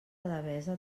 devesa